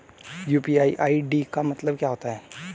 UPI ID का मतलब क्या होता है?